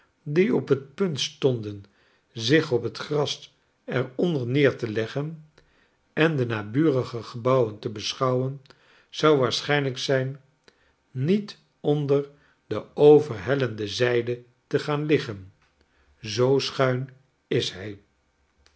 die op het punt stonden zich op het gras er onder neer te leggen en de naburige gebouwen te beschouwen zou waarschijnlijk zijn niet onder de overhellende zyde te gaan liggen zoo schuin is hij